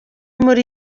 muri